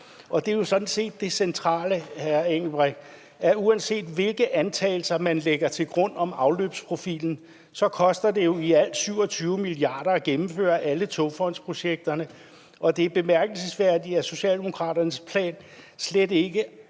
Det er sådan set det centrale, hr. Benny Engelbrecht, at uanset hvilke antagelser man lægger til grund om afløbsprofilen, koster det jo i alt 27 mia. kr. at gennemføre alle togfondsprojekterne. Og det er bemærkelsesværdigt, at Socialdemokratiets plan slet ikke